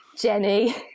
jenny